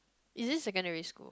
is this secondary school